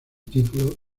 título